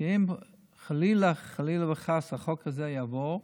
שאם חלילה, חלילה וחס, החוק הזה יעבור,